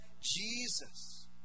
Jesus